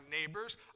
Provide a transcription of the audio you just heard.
neighbors